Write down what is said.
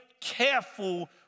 careful